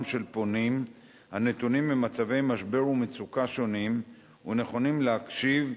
של פונים הנתונים במצבי משבר ומצוקה שונים ונכונים להקשיב,